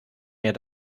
mir